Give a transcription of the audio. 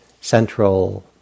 central